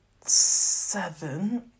seven